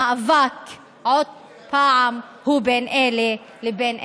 המאבק עוד פעם הוא בין אלה לבין אלה,